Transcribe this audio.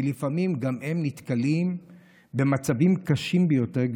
כי לפעמים גם הם נתקלים במצבים קשים ביותר,